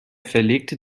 verlegte